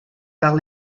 par